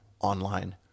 online